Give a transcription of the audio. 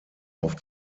auf